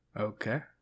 Okay